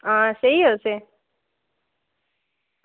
हां सेही ऐ तुसें